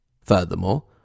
Furthermore